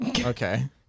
Okay